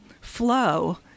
flow